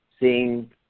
seeing